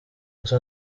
gusa